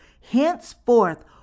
henceforth